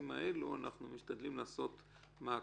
כזה בנושא הצמצום במזומן.